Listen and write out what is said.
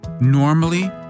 Normally